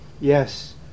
yes